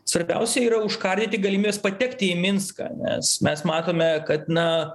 svarbiausia yra užkardyti galimybes patekti į minską nes mes matome kad na